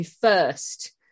first